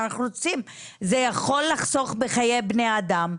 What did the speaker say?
זה יכול לחסוך בחיי אדם.